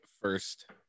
first